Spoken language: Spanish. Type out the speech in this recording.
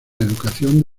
educación